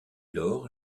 lors